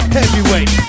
heavyweight